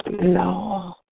No